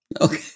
Okay